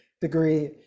degree